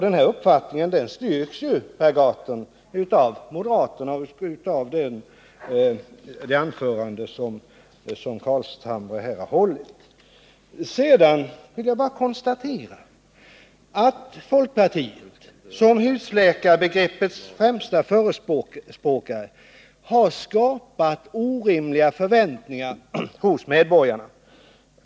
Denna uppfattning styrks ju, Per Gahrton, av moderaterna — och av det anförande som Nils Carlshamre här har hållit. Sedan vill jag konstatera att folkpartiet som husläkarbegreppets främsta förespråkare har skapat orimliga förväntningar hos medborgarna.